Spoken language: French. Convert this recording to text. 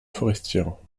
forestière